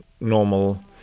normal